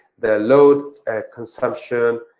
the load consumption,